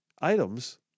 items